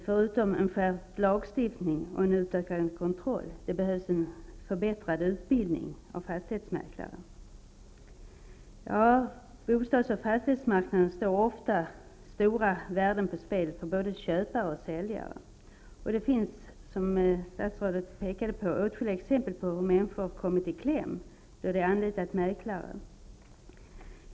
Förutom en skärpt lagstiftning och en utökad kontroll behövs en förbättrad utbildning av fastighetsmäklare. På bostads och fastighetsmarknaden står ofta stora värden på spel för både köpare och säljare, och det finns, som statsrådet pekade på, åtskilliga exempel på hur människor har kommit i kläm då de har anlitat mäklare.